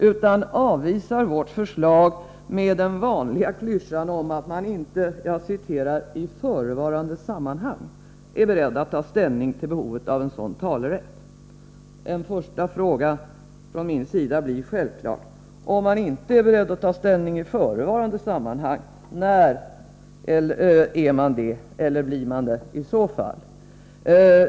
Man avvisar vårt förslag med den vanliga klyschan om att man inte ”i förevarande sammanhang” är beredd att ta ställning till behovet av en sådan talerätt. En första fråga från min sida blir självklart: Om man inte är beredd att ta ställning i förevarande sammanhang, när blir man det i så fall?